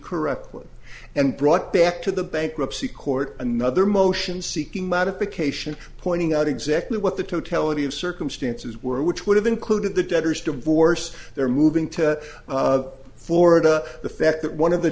correctly and brought back to the bankruptcy court another motion seeking modification pointing out exactly what the totality of circumstances were which would have included the debtors divorce their moving to florida the fact that one of the